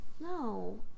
No